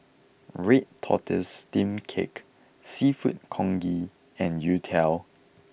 Red Tortoise Steamed Cake Seafood Congee and Youtiao